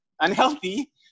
unhealthy